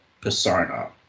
persona